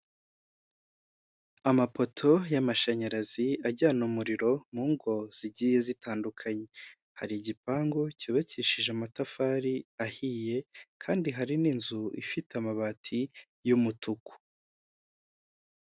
Amapoto y'amashanyarazi ajyana umuriro mu ngo zigiye zitandukanye, hari igipangu cyubakishije amatafari ahiye kandi hari n'inzu ifite amabati y'umutuku.